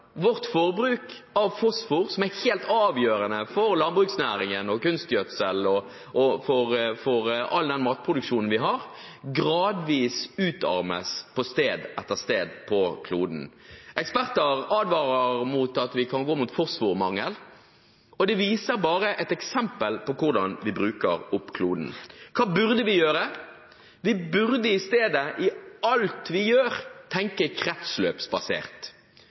vårt forbruk av fosfor, som er helt avgjørende for landbruksnæringen, kunstgjødsel og all den matproduksjonen vi har, gradvis utarmer sted etter sted på kloden. Eksperter advarer om at vi kan gå mot fosformangel, og det er bare et eksempel på hvordan vi bruker opp kloden. Hva burde vi gjøre? Vi burde i stedet i alt vi gjør, tenke kretsløpsbasert,